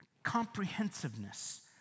comprehensiveness